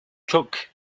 choque